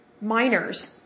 minors